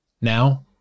Now